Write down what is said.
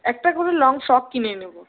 একটা কোনো long frock কিনে নেবো